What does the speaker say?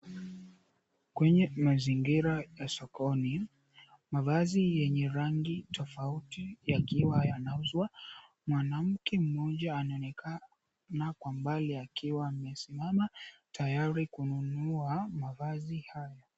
Kwenye mazingira ya sokoni, mavazi yenye rangi tofauti yakiwa yanauzwa. Mwanamke mmoja anaonekana kwa mbali akiwa amesimama tayari kununua mavazi haya.